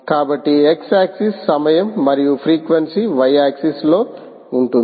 కాబట్టి x axis సమయం మరియు ఫ్రీక్వెన్సీ y ఆక్సిస్ లో ఉంటుంది